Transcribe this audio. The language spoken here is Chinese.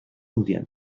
重点